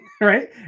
right